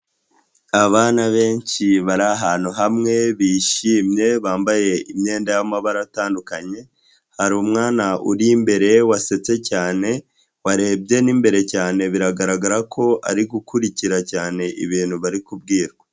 Abana benshi bari ahantu hamwe bishimye bambaye imyenda y'amabara atandukanye, hari umwana uri imbere wasetse cyane warebye n'imbere cyane, biragaragara ko ari gukurikira cyane ibintu bari kubwirwa.